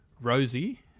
Rosie